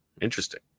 Interesting